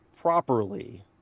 properly